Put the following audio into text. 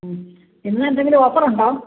മ്മ് ഇന്ന് എന്തെങ്കിലും ഓഫറുണ്ടോ